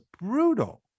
brutal